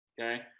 okay